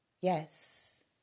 Yes